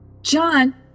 John